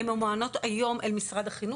הן ממוענות היום לאגף החינוך,